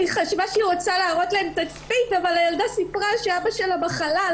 היא חשבה שהיא רוצה להראות להם תצפית אבל הילדה סיפרה שאבא שלה בחלל,